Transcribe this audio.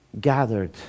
Gathered